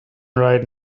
right